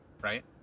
right